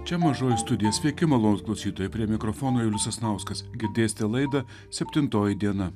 čia mažoji studija sveiki malonūs klausytojai prie mikrofono julius sasnauskas girdėsite laidą septintoji diena